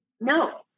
No